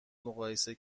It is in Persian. مقایسه